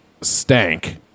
stank